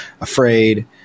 afraid